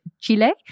Chile